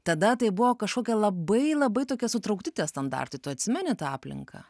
tada tai buvo kažkokie labai labai tokie sutraukti tie standartai tu atsimeni tą aplinką